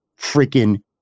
freaking